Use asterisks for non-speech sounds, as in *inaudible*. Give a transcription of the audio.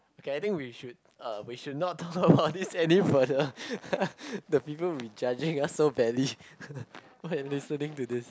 k I think we should uh we should not talk about this any further *laughs* the people will be judging us so badly when listening to this